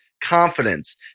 confidence